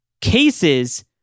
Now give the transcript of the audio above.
cases